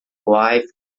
life